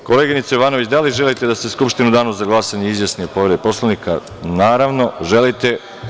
Koleginice Jovanović, da li želite da se Skupština u danu za glasanje izjasni o povredi Poslovnika? (Da) Naravno, želite.